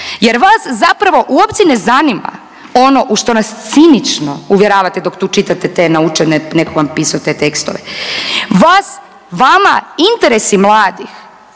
Jer vas zapravo uopće ne zanima ono u što nas činično uvjeravate dok tu čitate te naučene netko vam pisao te tekstove. Vas, vama interesi mladih